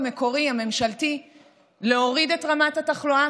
הממשלתי המקורי ולהוריד את רמת התחלואה,